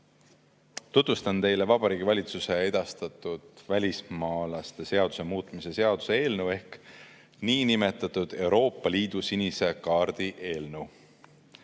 Tutvustan teile Vabariigi Valitsuse edastatud välismaalaste seaduse muutmise seaduse eelnõu ehk niinimetatud Euroopa Liidu sinise kaardi